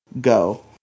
Go